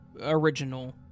original